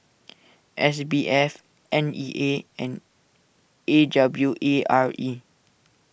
S B F N E A and A W A R E